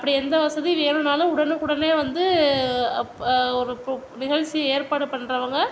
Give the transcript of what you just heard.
அப்படி எந்த வசதி வேணும்னாலும் உடனுக்குடனே வந்து ஒரு நிகழ்ச்சியை ஏற்பாடு பண்ணுறவங்க